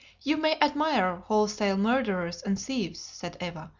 you may admire wholesale murderers and thieves, said eva.